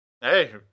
Hey